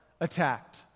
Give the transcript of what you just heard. attacked